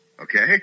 Okay